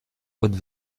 haute